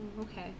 Okay